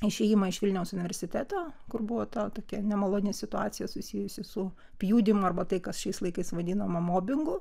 išėjimą iš vilniaus universiteto kur buvo ta tokia nemaloni situacija susijusi su pjudymu arba tai kas šiais laikais vadinama mobingu